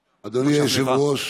השר,